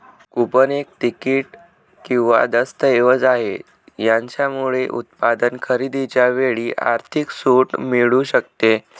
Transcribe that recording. coupon एक तिकीट किंवा दस्तऐवज आहे, याच्यामुळे उत्पादन खरेदीच्या वेळी आर्थिक सूट मिळू शकते